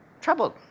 troubled